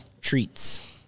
treats